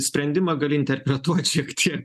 sprendimą gali interpretuoti šiek tiek